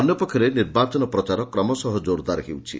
ଅନ୍ୟ ପକ୍ଷରେ ନିର୍ବାଚନ ପ୍ରଚାର କ୍ରମଶଃ ଜୋରଦାର ହେଉଛି